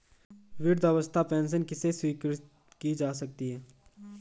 वृद्धावस्था पेंशन किसे स्वीकृत की जा सकती है?